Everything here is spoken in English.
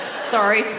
Sorry